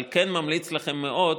אבל כן ממליץ לכם מאוד,